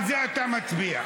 על זה אתה מצביע.